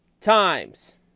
times